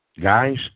guys